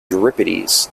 euripides